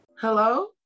Hello